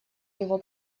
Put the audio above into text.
его